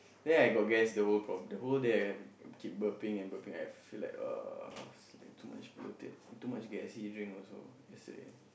then I got gas the whole problem the whole day I keep burping and burping I feel like uh is like too much bloated too much gassy drink also yesterday